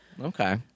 Okay